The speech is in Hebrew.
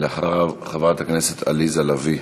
אחריו, חברת הכנסת עליזה לביא,